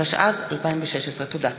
התשע"ז 2016. תודה.